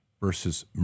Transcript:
versus